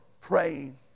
praying